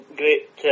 great